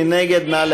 מי נגד?